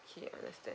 okay understand